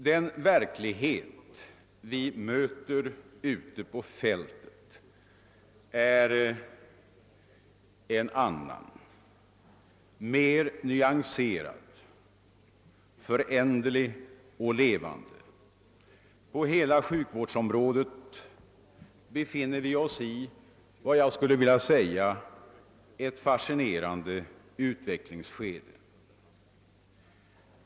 Den verklighet vi möter ute på fältet är en annan, mer nyanserad, föränderlig och levande. På hela sjukvårdsområdet befinner vi oss i vad jag skulle vilja kalla ett fascinerande utvecklingsskede.